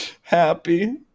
happy